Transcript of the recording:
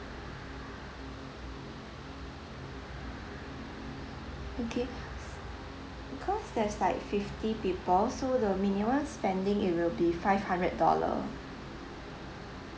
okay s~ cause there's like fifty people so the minimum spending it will be five hundred dollar